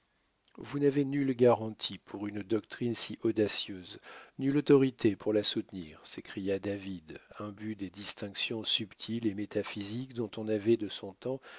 vous n'avez nulle garantie pour une doctrine si audacieuse nulle autorité pour la soutenir s'écria david imbu des distinctions subtiles et métaphysiques dont on avait de son temps